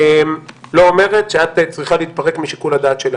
לא אומרת שאת צריכה להתפרק משיקול הדעת שלך.